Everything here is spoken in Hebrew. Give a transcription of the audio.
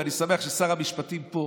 ואני שמח ששר המשפטים פה,